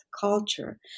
culture